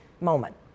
moment